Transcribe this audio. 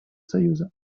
союза